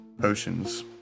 potions